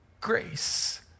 Grace